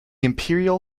imperial